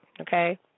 okay